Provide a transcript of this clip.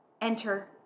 enter